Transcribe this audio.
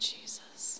Jesus